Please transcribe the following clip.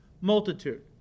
multitude